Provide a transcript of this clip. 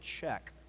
check